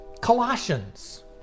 Colossians